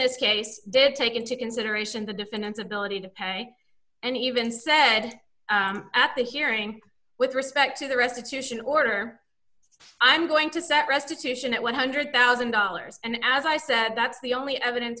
this case did take into consideration the defendant's ability to pay and even said at the hearing with respect to the restitution order i'm going to set restitution at one hundred thousand dollars and as i said that's the only evidence